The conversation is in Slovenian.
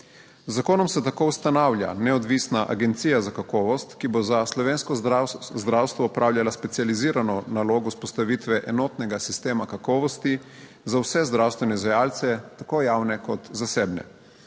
zakonom se tako ustanavlja neodvisna agencija za kakovost, ki bo za slovensko zdravstvo opravljala specializirano nalogo vzpostavitve enotnega sistema kakovosti za vse zdravstvene izvajalce, tako javne kot zasebne.